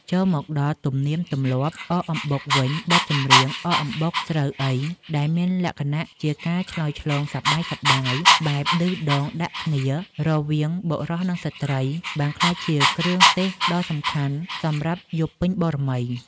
ចូលមកដល់ទំនៀមទម្លាប់អកអំបុកវិញ បទចម្រៀង «អំបុកស្រូវអី?» ដែលមានលក្ខណៈជាការឆ្លើយឆ្លងសប្បាយៗ បែបឌឺដងដាក់គ្នារវាងបុរសនិងស្រ្តី បានក្លាយជាគ្រឿងទេសដ៏សំខាន់សម្រាប់យប់ពេញបូណ៌មី។